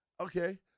okay